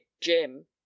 jim